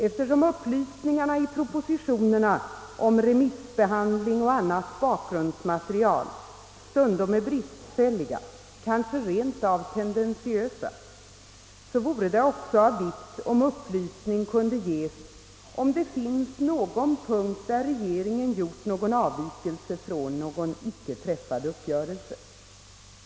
Eftersom upplysningarna i propositionen om remissbehandling och annat bakgrundsmaterial stundom är bristfälliga — eller kanske rent av tendentiösa — vore det också av vikt om upplysning kunde ges huruvida det finns några punkter där regeringen har gjort någon avvikelse från en icke träffad uppgörelse.